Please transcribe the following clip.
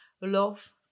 love